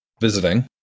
Visiting